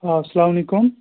آ اسلام علیکُم